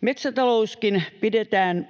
Metsätalouskin pidetään